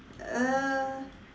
uh